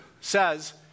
says